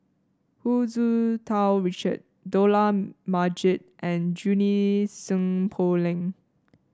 Hu Tsu Tau Richard Dollah Majid and Junie Sng Poh Leng